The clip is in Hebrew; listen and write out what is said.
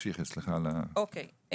אוקיי.